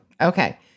Okay